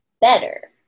better